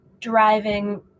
driving